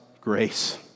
grace